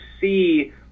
see